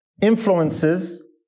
influences